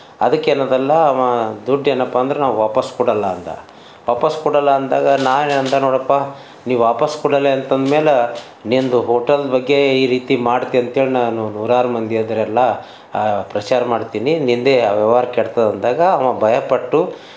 ಅದಕ್ಕೇನದಲ್ಲ ಅವ ದುಡ್ಡು ಏನಪ್ಪಾ ಅಂದ್ರೆ ನಾವು ವಾಪಸ್ಸು ಕೊಡೋಲ್ಲ ಅಂದ ವಾಪಸ್ಸು ಕೊಡೋಲ್ಲ ಅಂದಾಗ ನಾನು ಏನಂದ ನೋಡಪ್ಪ ನೀವು ವಾಪಸ್ಸು ಕೊಡಲ್ಲಅಂತ ಅಂದ್ಮೇಲು ನಿಮ್ದು ಹೋಟೆಲ್ ಬಗ್ಗೆ ಈ ರೀತಿ ಮಾಡ್ತಿ ಅಂಥೇಳಿ ನಾನು ನೂರಾರು ಮಂದಿ ಅದರಲ್ಲ ಪ್ರಚಾರ ಮಾಡ್ತೀನಿ ನಿನ್ನದೆ ವ್ಯವಹಾರ ಕೆಡ್ತದೆ ಅಂದಾಗ ಅವ ಭಯ ಪಟ್ಟು